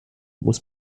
muss